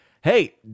Hey